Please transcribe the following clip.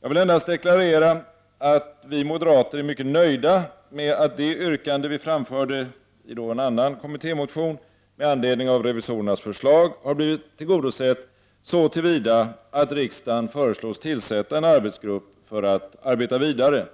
Jag vill endast deklarera att vi moderater är mycket nöjda med att det yrkande vi framförde i en annan kommittémotion med anledning av revisorernas förslag har blivit tillgodosett så till vida att riksdagen föreslås tillsätta en arbetsgrupp för att arbeta vidare